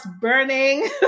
burning